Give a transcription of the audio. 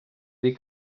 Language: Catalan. dir